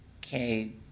Okay